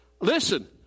listen